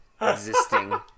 existing